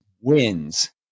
wins